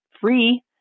free